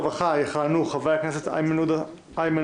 הרווחה והבריאות: יכהנו חברי הכנסת איימן עודה,